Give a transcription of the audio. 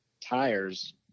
tires